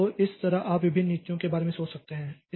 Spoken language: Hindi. तो इस तरह आप विभिन्न नीतियों के बारे में सोच सकते हैं